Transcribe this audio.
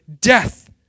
death